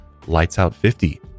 LIGHTSOUT50